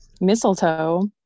Mistletoe